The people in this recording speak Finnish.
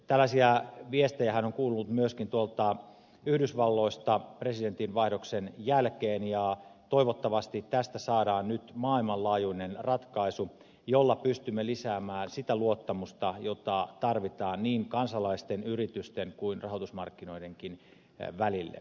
tällaisia viestejähän on kuulunut myöskin yhdysvalloista presidentin vaihdoksen jälkeen ja toivottavasti tästä saadaan nyt maailmanlaajuinen ratkaisu jolla pystymme lisäämään sitä luottamusta jota tarvitaan niin kansalaisten yritysten kuin rahoitusmarkkinoidenkin välille